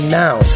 now